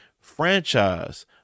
franchise